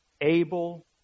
able